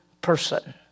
person